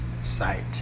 sight